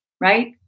right